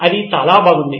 అది చాలా బాగుంది